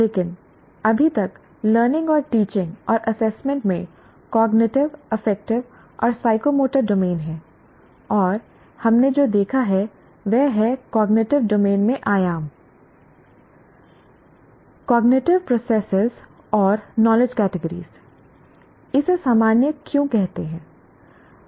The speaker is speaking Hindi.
लेकिन अभी तक लर्निंग और टीचिंग और एसेसमेंट में कॉग्निटिव अफेक्टिव और साइकोमोटर डोमेन हैं और हमने जो देखा है वह है कॉग्निटिव डोमेन में आयाम हैं कॉग्निटिव प्रोसेसेस और नॉलेज कैटिगरीज इसे सामान्य क्यों कहते हैं